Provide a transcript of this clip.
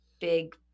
big